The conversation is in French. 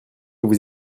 vous